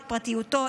את פרטיותו,